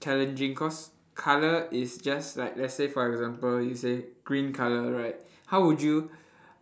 challenging cause colour is just like let's say for example you say green colour right how would you